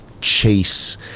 Chase